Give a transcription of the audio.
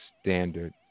Standard